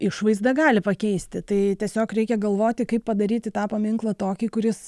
išvaizdą gali pakeisti tai tiesiog reikia galvoti kaip padaryti tą paminklą tokį kuris